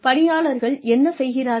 பணியாளர்கள் என்ன செய்கிறார்கள்